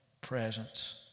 presence